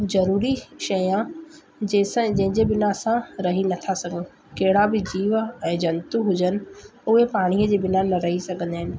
ज़रूरी शइ आहे जंहिंसां जंहिंजे बिना असां रही नथा सघूं कहिड़ा बि जीव ऐं जंतु हुजनि उहे पाणीअ जे बिना न रही सघंदा आहिनि